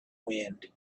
wind